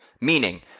meaning